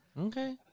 Okay